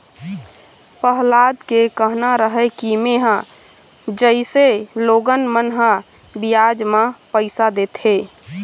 पहलाद के कहना रहय कि मेंहा जइसे लोगन मन ह बियाज म पइसा लेथे,